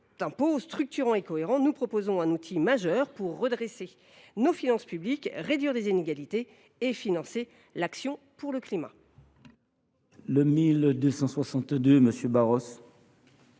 cet impôt structurant et cohérent, nous proposons un outil majeur pour redresser nos finances publiques, réduire les inégalités et financer l’action pour le climat. L’amendement